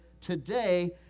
today